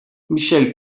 michel